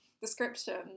description